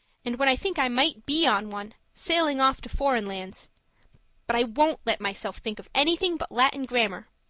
and when i think i might be on one, sailing off to foreign lands but i won't let myself think of anything but latin grammar.